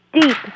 deep